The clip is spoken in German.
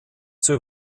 zur